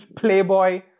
playboy